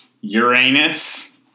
Uranus